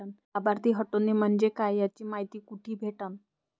लाभार्थी हटोने म्हंजे काय याची मायती कुठी भेटन?